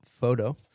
photo